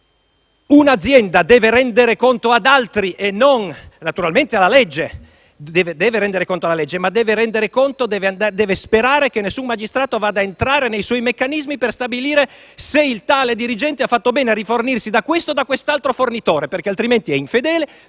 un'azienda deve rendere conto ad altri, naturalmente deve rendere conto alla legge ma deve sperare anche che nessun magistrato entri nei suoi meccanismi per stabilire se il tale dirigente ha fatto bene a rifornirsi da questo o da quest'altro fornitore, altrimenti è infedele,